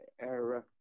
era